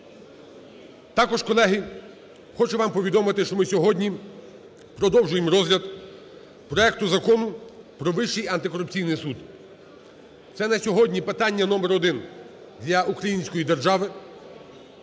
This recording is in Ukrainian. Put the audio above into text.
Також, колеги, хочу вам повідомити, що ми сьогодні продовжуємо розгляд проекту Закону про Вищий антикорупційний суд. Це на сьогодні питання номер один для української держави,